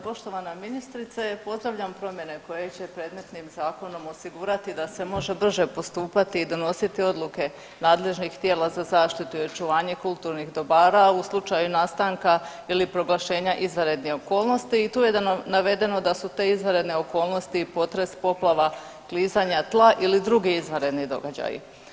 Poštovana ministrice, pozdravljam promjene koje će predmetnim zakonom osigurati da se može brže postupati i donositi odluke nadležnih tijela za zaštitu i očuvanje kulturnih dobara u slučaju nastanka ili proglašenja izvanrednih okolnosti i tu je navedeno da su te izvanredne okolnosti potres, poplava, klizanja tla ili drugi izvanredni događaji.